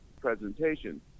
presentation